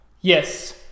Yes